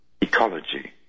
ecology